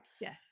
Yes